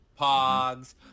Pogs